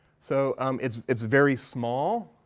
so um it's it's very small.